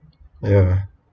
ya